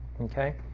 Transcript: okay